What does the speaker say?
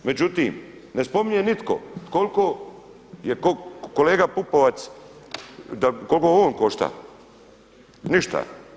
Međutim ne spominje nitko koliko je kolega PUpovac koliko on košta, ništa.